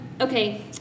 okay